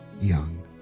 young